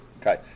Okay